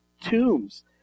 tombs